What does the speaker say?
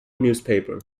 newspaper